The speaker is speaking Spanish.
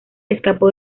escapó